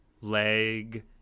leg